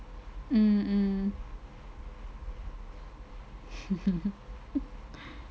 mm mm